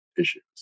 issues